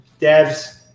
devs